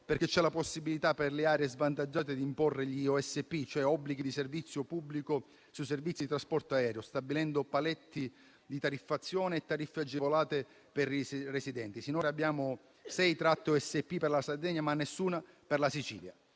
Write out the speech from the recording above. perché c'è la possibilità per le aree svantaggiate di imporre gli obblighi di servizio pubblico (OSP) sui servizi di trasporto aereo, stabilendo paletti di tariffazione e tariffe agevolate per i residenti. Sinora abbiamo sei tratte OSP per la Sardegna, ma nessuna per la Sicilia.